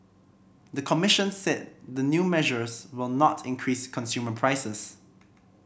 the commission said the new measures will not increase consumer prices